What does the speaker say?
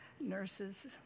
nurses